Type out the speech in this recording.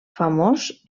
famós